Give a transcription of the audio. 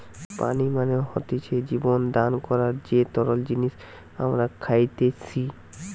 পানি মানে হতিছে জীবন দান করার যে তরল জিনিস আমরা খাইতেসি